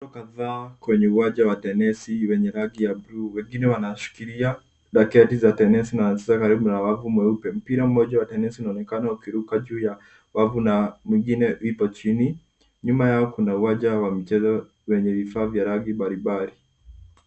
Watu kadha kwenye uwanja wa tenisi wenye rangi ya buluu, wengine wanashikilia raketi za tenisi na wanacheza karibu na wavu mweupe. Mpira moja wa tenisi unaonekana ukiruka juu ya wavu na mwingine ipo chini. Nyuma yao kuna uwanja wa mchezo wenye vifaa vya rangi mbalimbali.